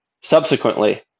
Subsequently